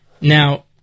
Now